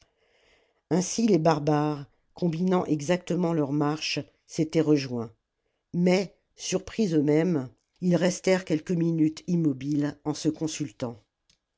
ainsi les barbares combinant exactement leurs marches s'étaient rejoints mais surpris euxmêmes ils restèrent quelques minutes immobiles et se consultant